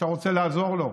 אתה רוצה לעזור לו.